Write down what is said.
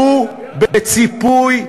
על חוק שהוא בציפוי,